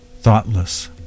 thoughtless